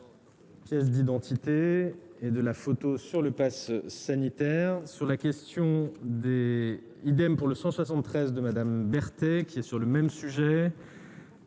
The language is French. ...